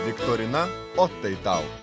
viktorina o tai tau